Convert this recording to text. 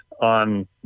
on